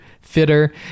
fitter